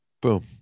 Boom